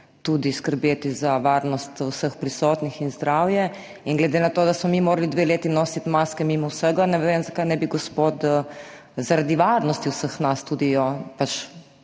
tudi skrbeti za varnost vseh prisotnih in zdravje. In glede na to, da smo mi morali dve leti nositi maske mimo vsega, ne vem, zakaj ne bi gospod zaradi varnosti vseh nas tudi jo pač